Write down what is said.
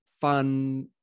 fun